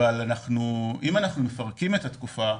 אם אנחנו מפרקים את התקופה,